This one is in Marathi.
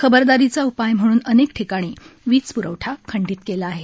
खबरदारीचा उपाय म्हणून अनेक ठिकाणी वीजप्रवठा खंडित केला आहे